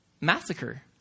massacre